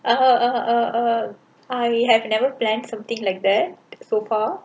err err err err I have never planned something like that so far